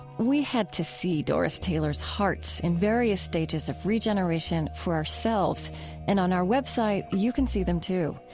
we had to see doris taylor's hearts in various stages of regeneration for ourselves and on our website you can see them too.